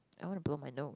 I wanna blow my nose